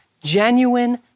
Genuine